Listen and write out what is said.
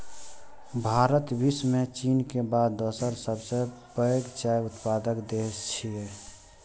भारत विश्व मे चीन के बाद दोसर सबसं पैघ चाय उत्पादक देश छियै